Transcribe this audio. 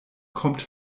kommt